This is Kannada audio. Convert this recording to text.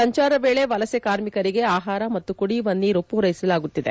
ಸಂಚಾರ ವೇಳೆ ವಲಸೆ ಕಾರ್ಮಿಕರಿಗೆ ಆಹಾರ ಮತ್ತು ಕುಡಿಯುವ ನೀರು ಪೂರೈಸಲಾಗುತ್ತಿದೆ